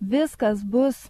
viskas bus